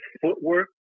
footwork